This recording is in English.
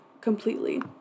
completely